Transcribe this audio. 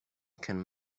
can